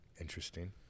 Interesting